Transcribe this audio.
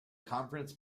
conference